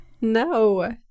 no